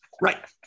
right